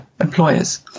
employers